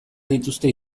dituzte